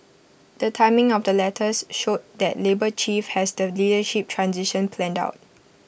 the timing of the letters showed that labour chief has the leadership transition planned out